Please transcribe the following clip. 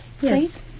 Yes